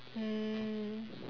mm